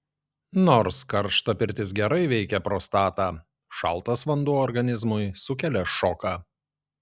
nors karšta pirtis gerai veikia prostatą šaltas vanduo organizmui sukelia šoką